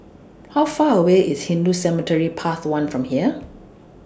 How Far away IS Hindu Cemetery Path one from here